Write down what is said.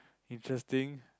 interesting